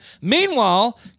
Meanwhile